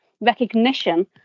recognition